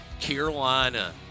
Carolina